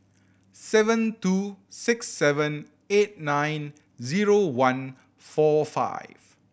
seven two six seven eight nine zero one four five